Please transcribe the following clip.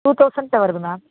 two தௌசண்ட்கிட்ட வருது ma'am